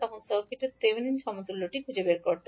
তখন সার্কিটের থেভেনিন সমতুল্যটি খুঁজে বের করুন